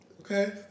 Okay